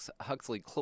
Huxley